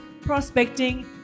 prospecting